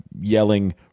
yelling